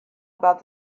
about